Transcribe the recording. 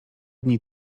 dni